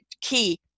key